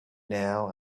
now